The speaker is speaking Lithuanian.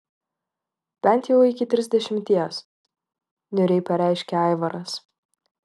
bent jau iki trisdešimties niūriai pareiškė aivaras